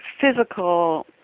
physical